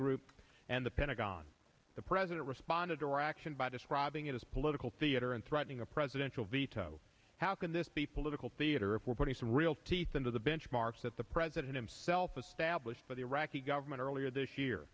group and the pentagon the president responded to iraq invite ascribing it as political theater and threatening a presidential veto how can this be political theater if we're putting some real teeth into the benchmarks that the president himself established for the iraqi government earlier this year